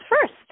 first